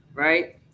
Right